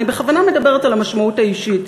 אני בכוונה מדברת על המשמעות האישית,